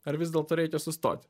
ar vis dėlto reikia sustoti